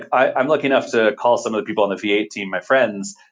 i'm looking up to call some of the people on the v eight team, my friends,